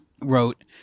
wrote